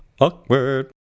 Awkward